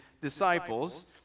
disciples